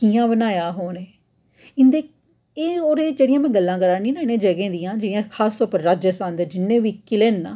कि'यां बनाया हा उ'नें इंदे एह् होर जेह्ड़ियां में गल्लां करै नि आं इ'नें जगहें दियां जि'यां खास तौर पर राजेस्थान दे जिन्ने बी किले ना